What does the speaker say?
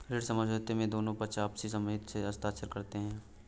ऋण समझौते में दोनों पक्ष आपसी सहमति से हस्ताक्षर करते हैं